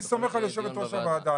אני סומך על יושבת-ראש הוועדה.